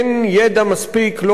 לא רק בארץ אלא גם בעולם,